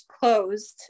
closed